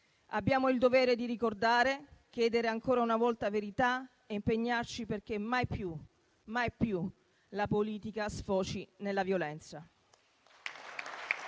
Abbiamo il dovere di ricordare, chiedere ancora una volta verità e impegnarci perché mai più la politica sfoci nella violenza.